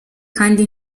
kandi